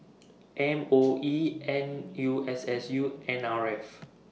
M O E N U S S U N R F